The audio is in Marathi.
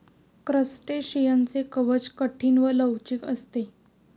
क्रस्टेशियनचे कवच कठीण व लवचिक असते